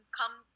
come